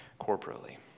corporately